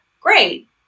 great